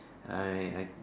I I